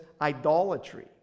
idolatry